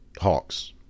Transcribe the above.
hawks